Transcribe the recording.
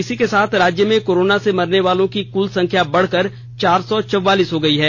इसी के साथ राज्य में कोरोना से मरनेवालों की कुल संख्या बढ़कर चार सौ चौवालीस हो गयी है